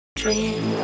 dream